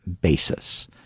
basis